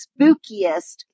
spookiest